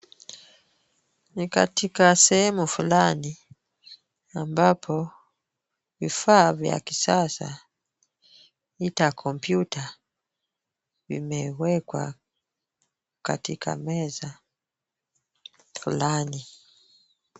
Ni katika sehemu fulani ambapo vifaa vya kisasa ita kompyuta vimewekwa katika meza fulani.